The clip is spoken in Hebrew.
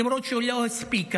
למרות שהיא לא הספיקה,